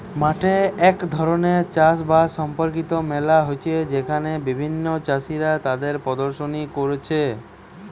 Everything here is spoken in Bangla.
মাঠে এক ধরণের চাষ বাস সম্পর্কিত মেলা হচ্ছে যেখানে বিভিন্ন চাষীরা তাদের প্রদর্শনী কোরছে